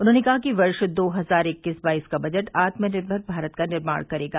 उन्होंने कहा कि वर्ष दो हजार इक्कीस बाईस का बजट आत्मनिर्भर भारत का निर्माण करेगा